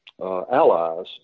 allies